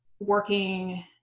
working